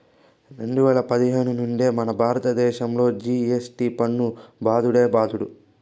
రెండు వేల పదిహేను నుండే మనదేశంలో జి.ఎస్.టి పన్ను బాదుడే బాదుడు